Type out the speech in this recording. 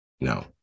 No